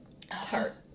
tart